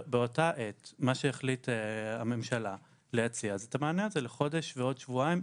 באותה עת מה שהחליטה הממשלה להציע זה את המענה הזה לחודש ועוד שבועיים,